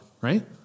right